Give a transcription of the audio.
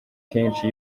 kenshi